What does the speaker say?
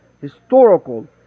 historical